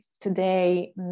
today